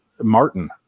Martin